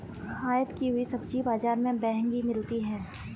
आयत की हुई सब्जी बाजार में महंगी मिलती है